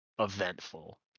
Eventful